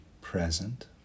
present